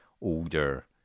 older